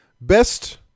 Best